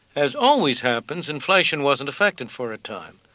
as always happens, inflation wasn't affected for a time.